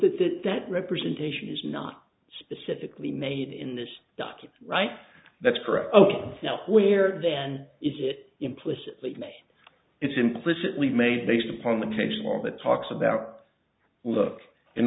that that that representation is not specifically made in this dr right that's correct you know where then is it implicitly it's implicitly made based upon the case well that talks about look in